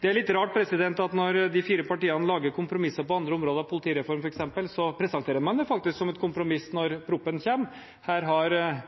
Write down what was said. Det er litt rart at når de fire partiene lager kompromisser på andre områder, f.eks. politireform, presenterer man det faktisk som et kompromiss når proposisjonen kommer. Her opptrer